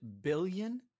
billion